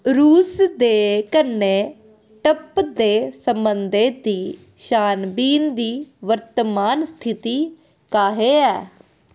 रूस दे कन्नै ट्रंप दे संबंधें दी छानबीन दी वर्तमान स्थिति काहे ऐ